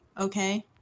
okay